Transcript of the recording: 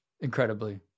incredibly